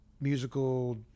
musical